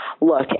look